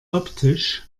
optisch